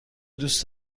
دوست